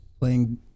Playing